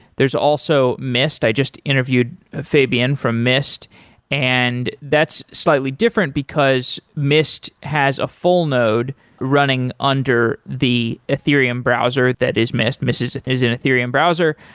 there's also mist, i just interviewed fabian from mist and that's slightly different, because mist has a full node running under the ethereum browser that is mist. mist is is an ethereum browser.